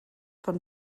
von